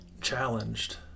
challenged